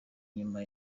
nyuma